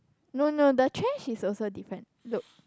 no no the trash is also different look